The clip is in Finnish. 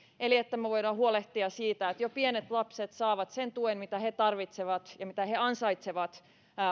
niin että voidaan huolehtia siitä että jo pienet lapset saavat sen tuen mitä he tarvitsevat ja mitä he ansaitsevat